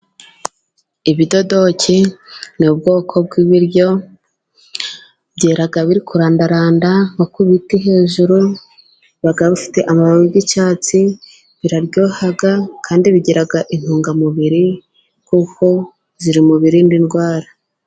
Ibidodoki ni ubwoko bw'ibiryo, byera biri kurandaranda. Nko kubiti hejuru, biba bifite amababi y'icyatsi. Biraryoha kandi bigira intungamubiri. Biri mu birinda indwara.